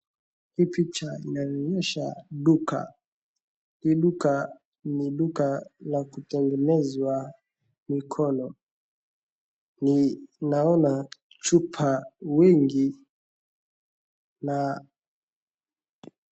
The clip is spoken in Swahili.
Hii picha inaonyesha duka, hii duka ni duka la kutengenezwa mikono, ninaona chupa mingi na.